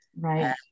Right